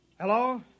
Hello